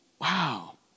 wow